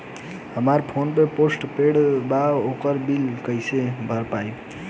हमार phone postpaid बा ओकर बिल कईसे भर पाएम?